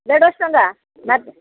ଦେଢ଼ଶହ ଟଙ୍କା ମ